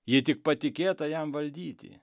ji tik patikėta jam valdyti